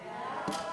סעיפים